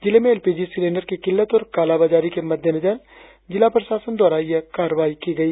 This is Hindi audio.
जिले में एलपीजी सिलिंडर की किल्लत और काला बाजारी के मद्देनजर जिला प्रशासन द्वारा यह कार्रवाई की गई